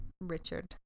Richard